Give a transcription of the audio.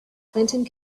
clinton